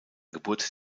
geburt